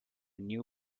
new